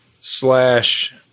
slash